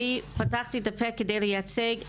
אני פתחתי את הפה כדי לייצג,